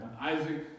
Isaac